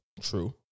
True